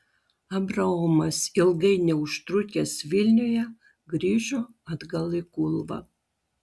abraomas ilgai neužtrukęs vilniuje grįžo atgal į kulvą